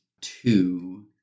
two